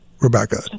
Rebecca